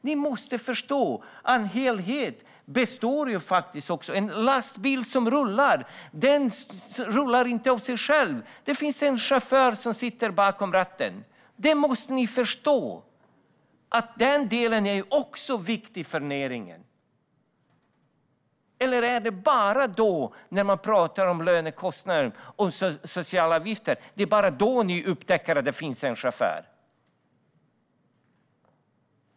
Ni måste förstå att det finns en helhet. En lastbil rullar inte av sig själv; det finns en chaufför som sitter bakom ratten. Ni måste förstå att den delen också är viktig för näringen. Eller är det bara när man talar om lönekostnader och sociala avgifter som ni upptäcker att det finns en chaufför?